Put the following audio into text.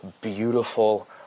beautiful